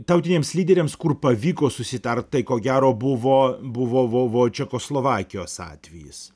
tautiniems lyderiams kur pavyko susitart tai ko gero buvo buvo vo vo čekoslovakijos atvejis